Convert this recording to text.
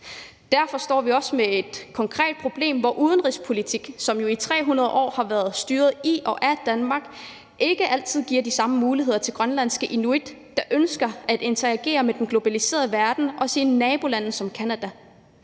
Derfor står vi også med et konkret problem, hvor udenrigspolitikken, som jo i 300 år har været styret i og af Danmark, ikke altid giver de samme muligheder til grønlandske inuit, der ønsker at interagere med den globaliserede verden og med nabolande som Canada